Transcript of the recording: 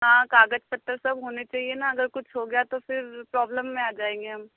हाँ कागज पत्र सब होने चहिए न अगर कुछ हो गया तो फिर प्रॉब्लम में आ जाएंगे हम